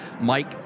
Mike